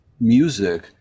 music